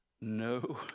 No